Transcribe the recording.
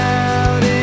out